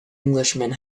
englishman